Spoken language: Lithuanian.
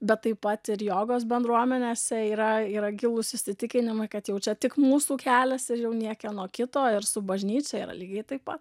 bet taip pat ir jogos bendruomenėse yra yra gilūs įsitikinimai kad jau čia tik mūsų kelias ir jau niekieno kito ir su bažnyčia yra lygiai taip pat